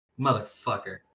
motherfucker